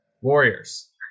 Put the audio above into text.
Warriors